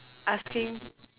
asking